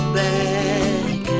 back